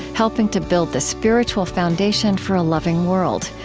helping to build the spiritual foundation for a loving world.